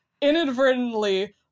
inadvertently